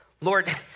Lord